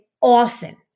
often